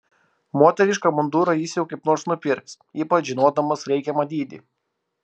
moterišką mundurą jis jau kaip nors nupirks ypač žinodamas reikiamą dydį